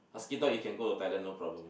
you can go to Thailand no problem